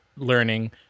learning